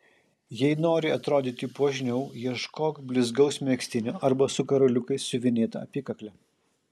jei nori atrodyti puošniau ieškok blizgaus megztinio arba su karoliukais siuvinėta apykakle